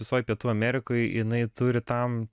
visoj pietų amerikoj jinai turi tam